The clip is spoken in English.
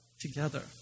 together